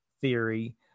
theory